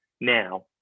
now